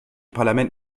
parlament